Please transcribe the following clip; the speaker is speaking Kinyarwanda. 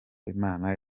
imana